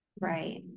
Right